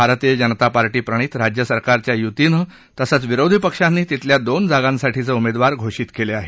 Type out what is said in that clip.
भारतीय जनता पार्टीप्रणित राज्यसरकारच्या युतीनं तसंच विरोधी पक्षांनी तिथल्या दोन जागांसाठीचे उमेदवार घोषित केले आहेत